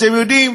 אתם יודעים,